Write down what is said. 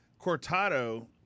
Cortado